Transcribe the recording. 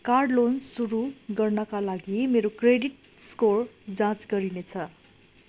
car loan सुरु गर्नाका लागि मेरो क्रेडिट स्कोर जाँच गरिनेछ